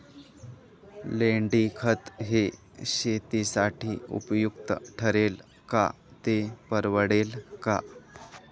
लेंडीखत हे शेतीसाठी उपयुक्त ठरेल का, ते परवडेल का?